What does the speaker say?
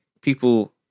people